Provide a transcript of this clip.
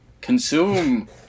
Consume